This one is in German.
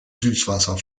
süßwasser